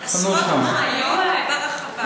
עשרות מכוניות ברחבה.